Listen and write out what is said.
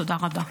תודה רבה.